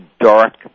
Dark